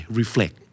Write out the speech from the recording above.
reflect